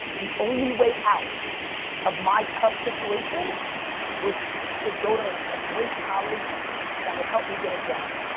the only way out of my tough situation was to go to a great college that would help me get a job.